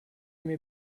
mir